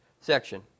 section